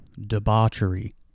debauchery